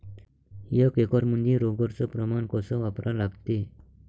एक एकरमंदी रोगर च प्रमान कस वापरा लागते?